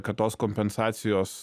kad tos kompensacijos